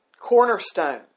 cornerstone